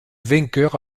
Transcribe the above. vainqueur